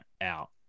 out